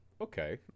okay